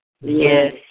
Yes